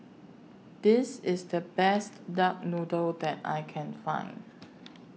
This IS The Best Duck Noodle that I Can Find